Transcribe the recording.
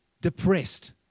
depressed